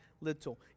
little